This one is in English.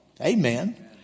Amen